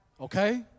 Okay